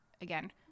again